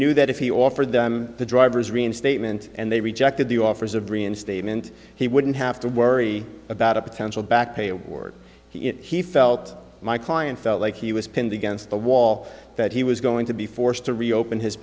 knew that if he offered them the driver's reinstatement and they rejected the offers of reinstatement he wouldn't have to worry about a potential back pay award he felt my client felt like he was pinned against the wall that he was going to be forced to reopen his